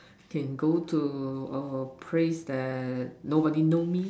can go to a place that nobody know me